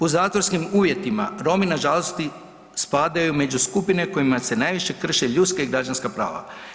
U zatvorskim uvjetima Romi nažalost spadaju među skupine kojima se najviše ljudska i građanska prava.